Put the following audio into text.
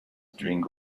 drink